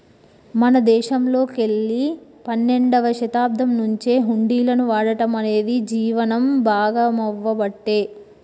మన దేశంలోకెల్లి పన్నెండవ శతాబ్దం నుంచే హుండీలను వాడటం అనేది జీవనం భాగామవ్వబట్టే